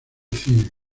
cine